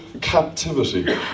captivity